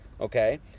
okay